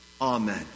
Amen